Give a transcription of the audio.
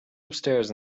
upstairs